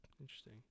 Interesting